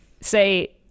say